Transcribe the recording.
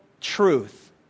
truth